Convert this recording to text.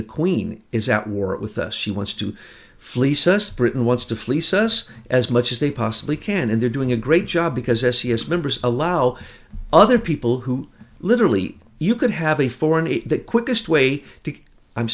the queen is at war with us she wants to fleece us britain wants to fleece us as much as they possibly can and they're doing a great job because as he has members allow other people who literally you could have a foreign aid the quickest way